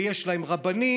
ויש להם רבנים,